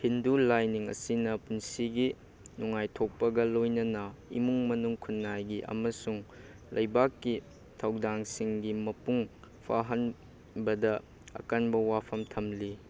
ꯍꯤꯟꯗꯨ ꯂꯥꯏꯅꯤꯡ ꯑꯁꯤꯅ ꯄꯨꯟꯁꯤꯒꯤ ꯅꯨꯡꯉꯥꯏꯊꯣꯛꯄꯒ ꯂꯣꯏꯅꯅ ꯏꯃꯨꯡ ꯃꯅꯨꯡ ꯈꯨꯟꯅꯥꯏꯒꯤ ꯑꯃꯁꯨꯡ ꯂꯩꯕꯥꯛꯀꯤ ꯊꯧꯗꯥꯡꯁꯤꯡꯒꯤ ꯃꯄꯨꯡ ꯐꯥꯍꯟꯕꯗ ꯑꯀꯟꯕ ꯋꯥꯐꯝ ꯊꯝꯂꯤ